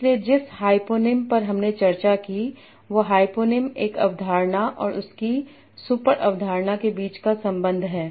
इसलिए जिस हाइपोनिम पर हमने चर्चा की वह हाइपोनिम एक अवधारणा और उसकी सुपर अवधारणा के बीच का संबंध है